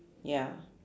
ya